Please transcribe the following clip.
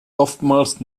oftmals